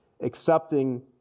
Accepting